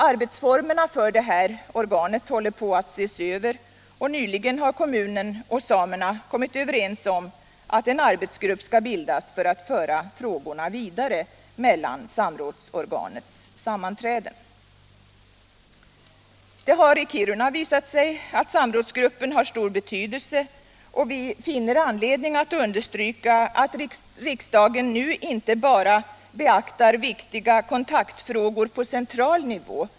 Arbetsformerna för det här organet håller på att ses över, och nyligen har kommunen och samerna kommit överens om att en arbetsgrupp skall bildas för att föra frågorna vidare mellan samrådsorganets sammanträden. Det har i Kiruna visat sig att samrådsgruppen har stor betydelse. Vi finner anledning understryka att riksdagen nu inte bara beaktar viktiga kontaktfrågor på central nivå.